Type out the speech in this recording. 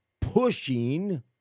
pushing